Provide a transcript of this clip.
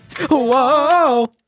Whoa